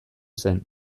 zen